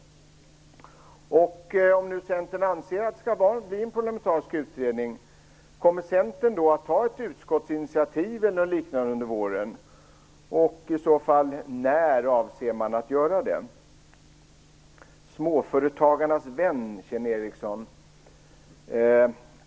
Om nu Centern anser att det skall bli en parlamentarisk utredning, kommer Centern då att ta ett utskottsinitiativ eller något liknande under våren? När avser man i så fall att göra det? Småföretagarnas vän, säger Kjell Ericsson.